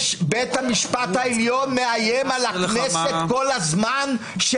בית המשפט העליון מאיים על הכנסת כל הזמן,